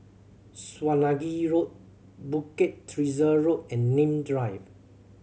Swanage Road Bukit Teresa Road and Nim Drive